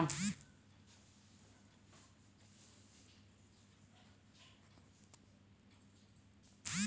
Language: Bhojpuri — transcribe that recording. एक बीगहा गेहूं में केतना डाई लागेला?